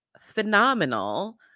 phenomenal